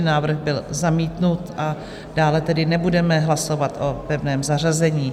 Návrh byl zamítnut, a dále tedy nebudeme hlasovat o pevném zařazení.